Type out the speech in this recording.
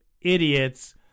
idiots